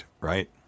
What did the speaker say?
right